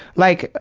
like,